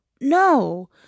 no